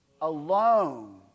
alone